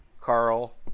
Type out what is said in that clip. Carl